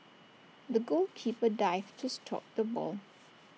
the goalkeeper dived to stop the ball